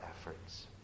efforts